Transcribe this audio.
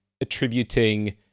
attributing